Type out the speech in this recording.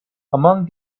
among